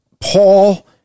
Paul